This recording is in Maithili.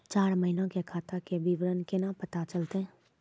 चार महिना के खाता के विवरण केना पता चलतै?